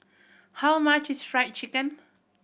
how much is Fried Chicken